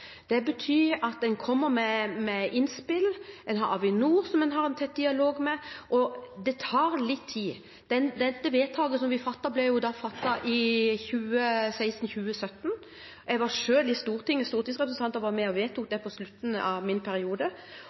Det betyr at man kommer med innspill, man har Avinor som man har en tett dialog med – og det tar litt tid. Det vedtaket som vi fattet, ble fattet i 2016. Jeg var selv i Stortinget som stortingsrepresentant og var med og vedtok det på slutten av min periode.